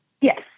Yes